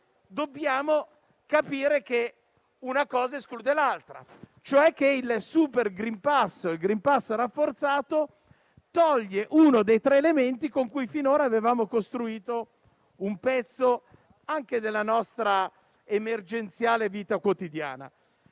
dobbiamo capire che una cosa esclude l'altra: il *super green pass* o *green pass* rafforzato toglie uno dei tre elementi con cui finora abbiamo costruito un pezzo anche della nostra emergenziale vita quotidiana.